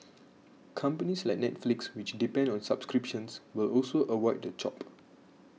companies like Netflix which depend on subscriptions will also avoid the chop